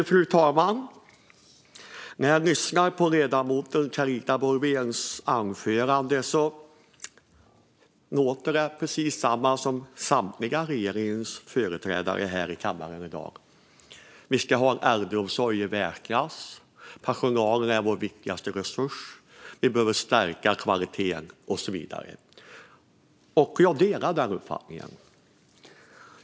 Fru talman! När jag lyssnar på Carita Boulwéns anförande tycker jag att hon låter precis likadant som samtliga regeringspartiers företrädare här i kammaren i dag: Vi ska ha en äldreomsorg i världsklass, personalen är vår viktigaste resurs, vi behöver stärka kvaliteten och så vidare. Jag delar den uppfattningen.